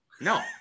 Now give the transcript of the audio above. No